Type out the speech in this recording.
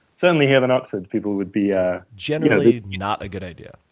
certainly, here in oxford, people would be ah generally not a good idea.